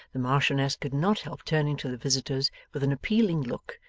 the marchioness could not help turning to the visitors with an appealing look,